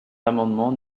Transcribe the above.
l’amendement